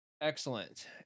excellent